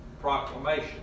proclamation